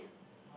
to be